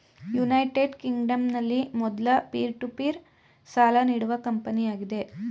United ಕಿಂಗ್ಡಂನಲ್ಲಿ ಮೊದ್ಲ peer to peer ಸಾಲ ನೀಡುವ ಕಂಪನಿಯಾಗಿದೆ